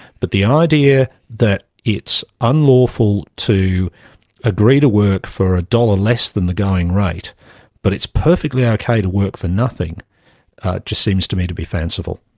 but the idea that it's unlawful to agree to work for a dollar less than the going rate but it's perfectly okay to work for nothing just seems to me to be fanciful.